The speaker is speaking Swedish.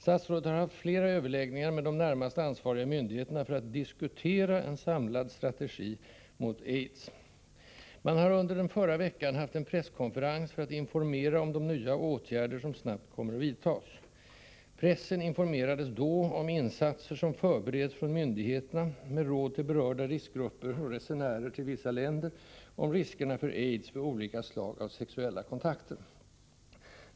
Statsrådet har haft flera överläggningar med de närmast ansvariga myndigheterna för att diskutera ”en samlad strategi” mot AIDS. Man har under förra veckan haft en presskonferens för att informera om de nya åtgärder som snabbt kommer att vidtas. Pressen informerades då om insatser som förbereds från myndigheterna med råd till ”berörda riskgrupper” och resenärer till vissa länder om riskerna för AIDS vid olika slag av sexuella kontakter.